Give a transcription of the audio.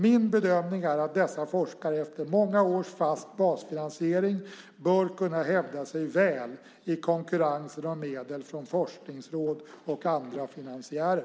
Min bedömning är att dessa forskare, efter många års fast basfinansiering, bör kunna hävda sig väl i konkurrensen om medel från forskningsråd och andra finansiärer.